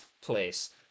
place